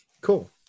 cool